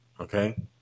Okay